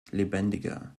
lebendiger